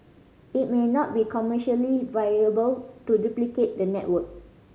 it may not be commercially viable to duplicate the network